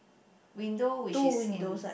window which is in